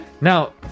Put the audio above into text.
Now